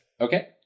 Okay